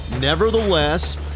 nevertheless